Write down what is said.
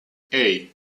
hey